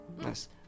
Nice